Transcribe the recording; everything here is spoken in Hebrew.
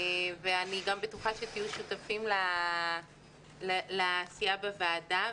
אני בטוחה שתהיו שותפים לעשייה בוועדה.